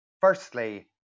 Firstly